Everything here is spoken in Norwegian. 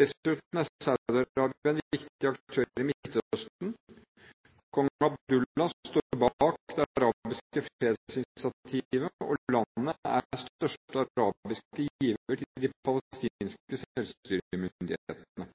Dessuten er Saudi-Arabia en viktig aktør i Midtøsten. Kong Abdullah står bak Det arabiske fredsinitiativet, og landet er største arabiske giver til de palestinske selvstyremyndighetene.